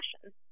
passion